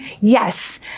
Yes